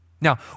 Now